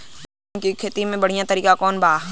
धान के खेती के बढ़ियां तरीका कवन बा?